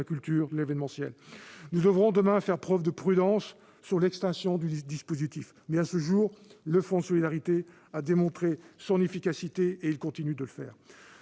culture et de l'événementiel. Nous devrons, demain, faire preuve de prudence pour ce qui concerne l'extinction du dispositif. Mais, à ce jour, le fonds de solidarité a montré son efficacité et continue de le faire.